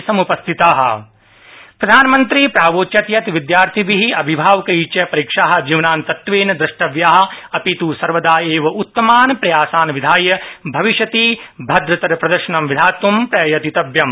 पुरीक्षा पे चर्चा प्रधानमन्त्री प्रावोचत् यत् विद्यार्थिभि अभिभावकै च परीक्षा जीतनान्तत्वेन न द्रष्टव्या अपित् सर्वदा एव उत्तमान् प्रयासान् विधायभविष्यति भद्रतरप्रदर्शनं विद्यात् प्रयतितत्यम्